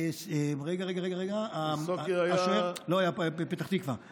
היה בפתח תקווה.